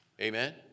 Amen